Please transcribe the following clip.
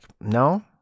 No